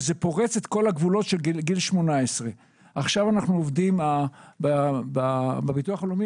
שזה פורץ את כל הגבולות של גיל 18. עכשיו אנחנו עובדים בביטוח הלאומי